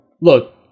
Look